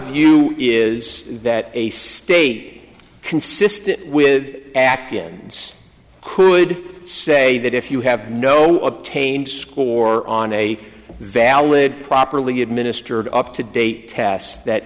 view is that a state consistent with active ends could say that if you have no up taint score on a valid properly administered up to date test that